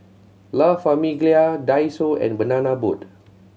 La Famiglia Daiso and Banana Boat